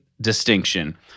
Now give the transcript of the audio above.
distinction